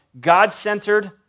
God-centered